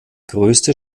grösste